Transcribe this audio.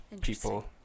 people